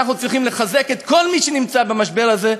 אנחנו צריכים לחזק את כל מי שנמצא במשבר הזה.